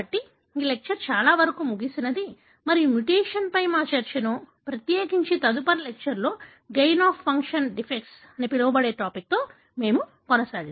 కాబట్టి ఈ లెక్చర్ చాలా వరకు ముగిసింది మరియు మ్యుటేషన్పై మా చర్చను ప్రత్యేకించి తదుపరి లెక్చర్లో గైన్ అఫ్ ఫంక్షన్ డిఫెక్ట్స్ అని పిలవబడే టాపిక్ తో మేము కొనసాగిస్తాము